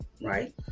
right